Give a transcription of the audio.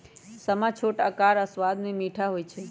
समा छोट अकार आऽ सबाद में मीठ होइ छइ